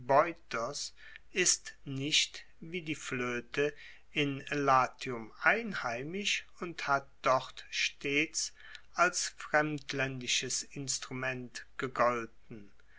ist nicht wie die floete in latium einheimisch und hat dort stets als fremdlaendisches instrument gegolten